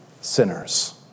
sinners